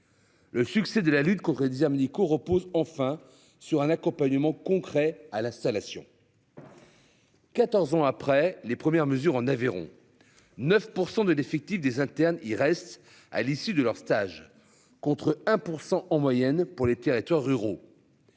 Le succès de la lutte qu'aurait DiDomenico repose enfin sur un accompagnement concret à l'installation.-- 14 ans après les premières mesures en Aveyron. 9% de l'effectif des internes. Il reste à l'issue de leur stage, contre 1% en moyenne pour les territoires ruraux.